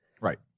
Right